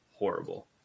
Horrible